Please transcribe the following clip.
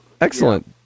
Excellent